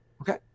Okay